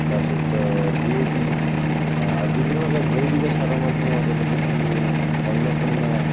ତା' ସହିତ D A P ଆଉ ବିଭିନ୍ନ ପ୍ରକାର ଜୈବିକ ସାର ମଧ୍ୟ ଯେମିତିକି ଅର୍ଣ୍ଣପୂର୍ଣ୍ଣା